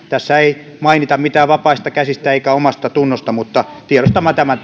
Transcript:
tässä ei mainita mitään vapaista käsistä eikä omastatunnosta mutta tiedostamme tämän